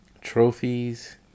trophies